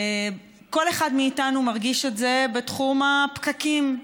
כל אחד מאיתנו מרגיש את זה בתחום הפקקים,